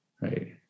right